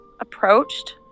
Approached